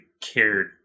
cared